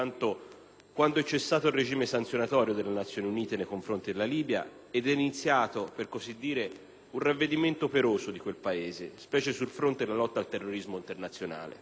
quando è cessato il regime sanzionatorio delle Nazioni Unite nei confronti della Libia ed è iniziato - per così dire - un ravvedimento operoso di quel Paese, specie sul fronte della lotta al terrorismo internazionale.